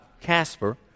Casper